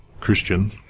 Christian